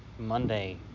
Monday